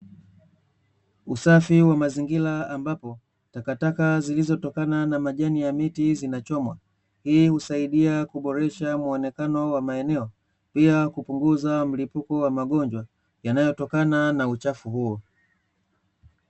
Usafi wa mazingira, ambapo takataka zilizotokana na majani ya miti zinachomwa, hii husaidia kuboresha muonekano wa maeneo, pia kupunguza mlipuko wa magonjwa yanayotokana na uchafu huo.